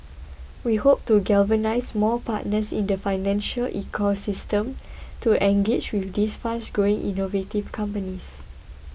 we hope to galvanise more partners in the financial ecosystem to engage with these fast growing innovative companies